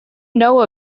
know